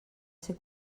ser